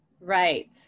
Right